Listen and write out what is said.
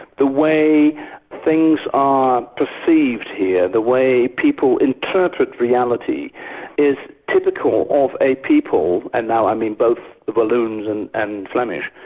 the way things are perceived here, the way people interpret reality is typical of a people, and now i mean both the walloons and and flemish,